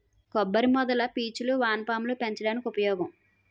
కొబ్బరి మొదల పీచులు వానపాములు పెంచడానికి ఉపయోగం